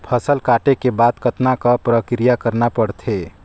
फसल काटे के बाद कतना क प्रक्रिया करना पड़थे?